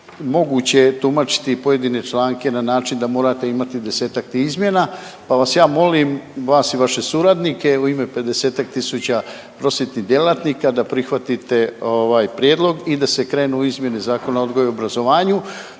moguće tumačiti pojedine članke na način da morate imati desetke izmjena, pa vas ja molim, vas i vaše suradnike u ime pedesetak tisuća prosvjetnih djelatnika da prihvatite prijedlog i da se krene u izmjene Zakona o odgoju i obrazovanju